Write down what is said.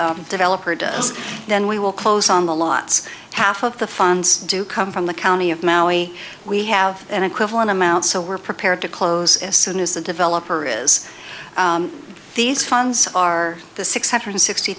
the developer does then we will close on the lats half of the funds do come from the county of maui we have an equivalent amount so we're prepared to close as soon as the developer is these funds are the six hundred sixty